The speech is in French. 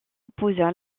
épousa